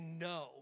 no